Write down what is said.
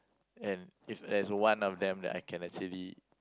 and if there's one of them that I can actually